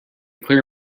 clear